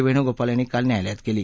वेणूोपाल यांनी काल न्यायालयाला केली